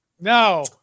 No